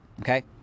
Okay